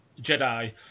Jedi